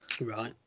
Right